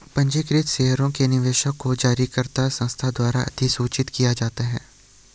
पंजीकृत शेयरों के निवेशक को जारीकर्ता संस्था द्वारा अधिसूचित किया जाता है